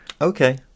Okay